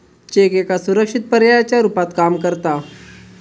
check एका सुरक्षित पर्यायाच्या रुपात काम करता